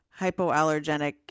hypoallergenic